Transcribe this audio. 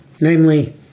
namely